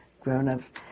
grown-ups